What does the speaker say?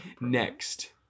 next